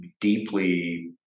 deeply